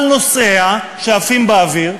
על נוסעים שעפים באוויר,